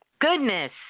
goodness